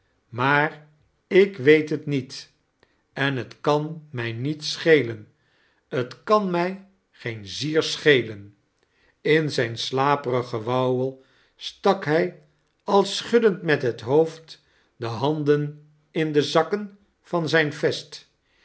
maar ik weet t met en t kan mij niet scheien t kan mij geen zier scheien in zijn slaperig gewauwel stak hij al schuddend mot het hoofd de handen in de zakken van zijn vest